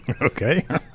Okay